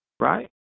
right